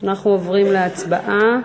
אנחנו עוברים להצבעה,